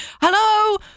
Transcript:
hello